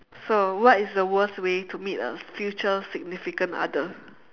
so what is the worst way to meet a future significant other